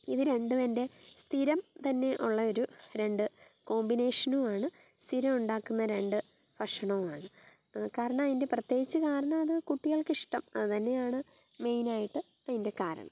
ഇത് രണ്ടും എൻ്റെ സ്ഥിരം തന്നെ ഉള്ള ഒരു രണ്ട് കോംബിനേഷാനുവാണ് സ്ഥിരം ഉണ്ടാക്കുന്ന രണ്ട് ഭക്ഷണവുമാണ് കാരണം അതിൻ്റെ പ്രത്യേകിച്ച് കാരണം അത് കുട്ടികൾക്കിഷ്ടം അത് തന്നെയാണ് മെയ്നായിട്ട് അതിൻ്റെ കാരണം